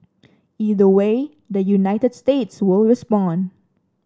either way the United States will respond